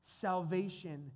salvation